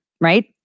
right